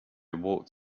walked